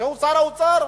כשהוא שר האוצר,